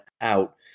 out